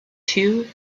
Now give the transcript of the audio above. two